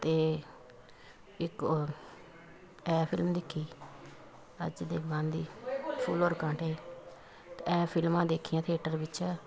ਅਤੇ ਇੱਕ ਹੋਰ ਇਹ ਫਿਲਮ ਦੇਖੀ ਅਜੈ ਦੇਵਗਨ ਦੀ ਫੂਲ ਔਰ ਕਾਂਟੇ ਅਤੇ ਇਹ ਫਿਲਮਾਂ ਦੇਖੀਆਂ ਥੀਏਟਰ ਵਿੱਚ